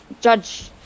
judge